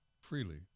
Freely